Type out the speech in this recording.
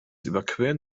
überqueren